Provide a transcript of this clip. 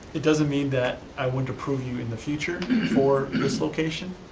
it doesn't mean that i wouldn't approve you in the future for this location.